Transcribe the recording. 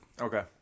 okay